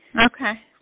Okay